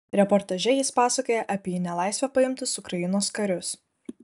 reportaže jis pasakoja apie į nelaisvę paimtus ukrainos karius